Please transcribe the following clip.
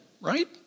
right